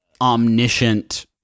omniscient